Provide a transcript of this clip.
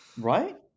right